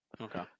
Okay